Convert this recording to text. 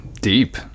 deep